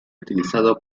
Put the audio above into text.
utilizado